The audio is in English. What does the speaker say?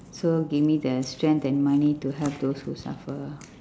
so give me the strength and money to help those who suffer